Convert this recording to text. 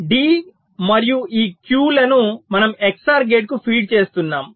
D మరియు ఈ Q లను మనము XOR గేటుకు ఫీడ్ చేస్తున్నాము